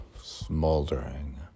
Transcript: smoldering